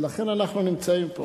ולכן אנחנו נמצאים פה.